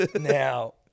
Now